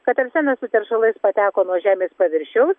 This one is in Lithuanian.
kad arsenas su teršalais pateko nuo žemės paviršiaus